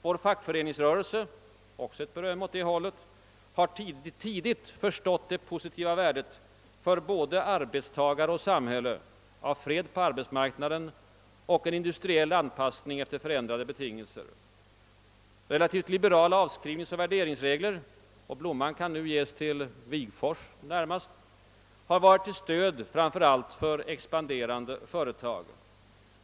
Vår fackföreningsrörelse — ett beröm också åt det hållet — har tidigt förstått det positiva värdet för både arbetstagare och samhälle av fred på arbetsmarknaden och en industriell anpassning efter förändrade betingelser. Relativt liberala avskrivningsoch värderingsregler — blomman kan nu närmast ges till herr Wigforss — har varit till stöd framför allt för expanderande företag.